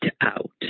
out